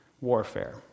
warfare